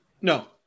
No